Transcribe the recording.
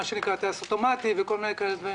טייס אוטומטי וכל מיני דברים כאלה,